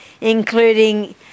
including